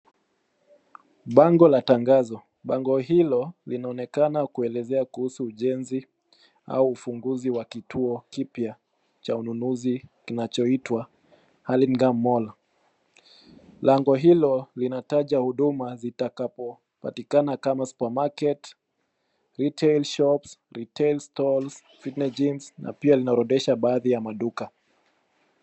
Bango la tangazo, bango hilo linaonekana kuelezea kuhusu ujenzi au ufunguzi wa kituo kipya cha ununuzi kinachoitwa Hurlingham Mall, lango hilo linataja huduma zitakapopatikana kama Supermaket, Retail shops, retail stalls, fitting Jims na pia linaorodhesha baadhi ya maduka.